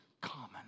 common